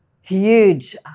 huge